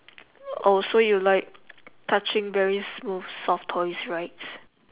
oh so you like touching very smooth soft toys right